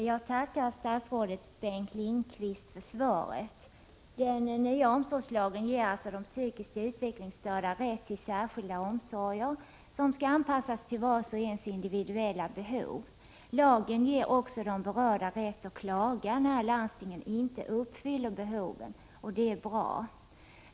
Herr talman! Jag tackar statsrådet Bengt Lindqvist för svaret. Den nya omsorgslagen ger alltså de psykiskt utvecklingsstörda rätt till särskilda omsorger som skall anpassas till vars och ens individuella behov. Lagen ger också de berörda rätt att klaga när landstingen inte uppfyller behoven, och det är bra.